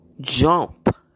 jump